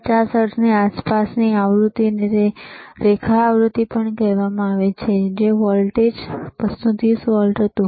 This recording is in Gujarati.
50 હર્ટ્ઝની આસપાસની આવૃતિને રેખા આવૃતિ પણ કહેવાય છે અને વોલ્ટેજ 230 વોલ્ટ હતું